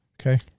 Okay